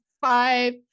five